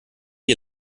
die